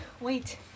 Wait